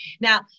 now